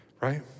right